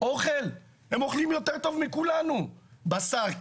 הם אוכלים יותר טוב מכולנו בשר כבש,